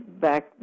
back